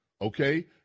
Okay